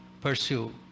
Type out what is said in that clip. pursue